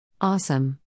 Awesome